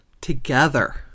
together